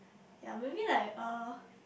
ya maybe like uh